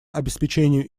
обеспечению